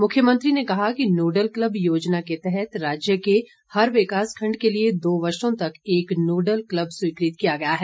मुख्यमंत्री ने कहा कि नोडल क्लब योजना के तहत राज्य के हर विकास खंड के लिए दो वर्षों तक एक नोडल क्लब स्वीकृत किया गया है